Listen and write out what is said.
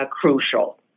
crucial